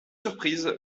surprise